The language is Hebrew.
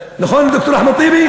נכון, ד"ר אחמד טיבי?